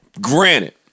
granted